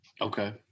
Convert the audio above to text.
Okay